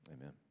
Amen